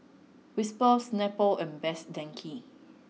Whisper Snapple and Best Denki